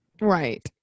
Right